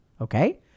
okay